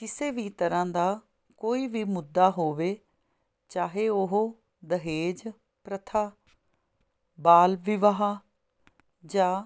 ਕਿਸੇ ਵੀ ਤਰ੍ਹਾਂ ਦਾ ਕੋਈ ਵੀ ਮੁੱਦਾ ਹੋਵੇ ਚਾਹੇ ਉਹ ਦਹੇਜ ਪ੍ਰਥਾ ਬਾਲ ਵਿਆਹ ਜਾਂ